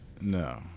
No